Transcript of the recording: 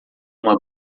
uma